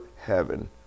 heaven